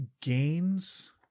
gains